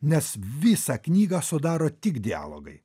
nes visą knygą sudaro tik dialogai